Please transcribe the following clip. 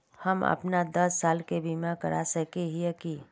हम अपन दस साल के बीमा करा सके है की?